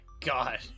god